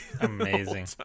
Amazing